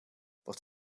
wordt